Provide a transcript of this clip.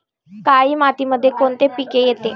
काळी मातीमध्ये कोणते पिके येते?